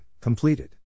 completed